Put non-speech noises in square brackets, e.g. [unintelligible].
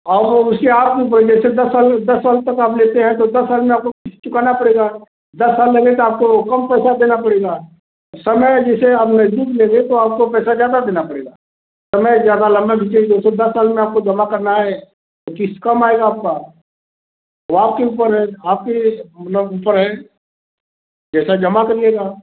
और उसके आप बांडेसन का साल दस साल तक आप लेते हैं तो दस साल में आपको क़िश्त चुकाना पड़ेगा दस साल लगेगा आपको कम देना पड़ेगा समय जैसे अब नज़दीक ले लें तो पैसा ज़्यादा देना पडेगा समय ज़्यादा लम्बा [unintelligible] दस साल में आपको जमा करना है तो किश्त कम आएगा आपका वह आपके ऊपर है आपके मतलब ऊपर है जैसा जमा करिएगा